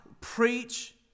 preach